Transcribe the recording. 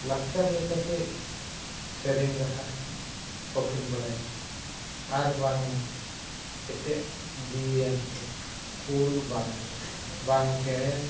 ᱞᱟᱠᱪᱟᱨ ᱞᱮᱠᱟᱛᱮ ᱥᱮᱨᱮᱧ ᱨᱟᱦᱟ ᱦᱚᱸᱠᱤᱱ ᱵᱟᱰᱟᱭᱟ ᱟᱨ ᱵᱟᱝᱢᱟ ᱮᱴᱟᱜ ᱡᱤᱣᱤᱭᱟᱱ ᱠᱚ ᱠᱩᱞ ᱵᱟᱱᱟ ᱵᱟᱝ ᱪᱮᱬᱮ